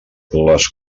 les